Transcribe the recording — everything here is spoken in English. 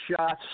shots